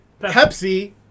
Pepsi